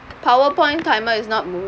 powerpoint timer is not moving